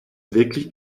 wirklich